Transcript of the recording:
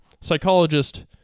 Psychologist